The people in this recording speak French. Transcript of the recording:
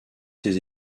ses